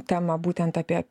temą būtent apie